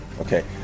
Okay